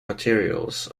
materials